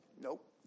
nope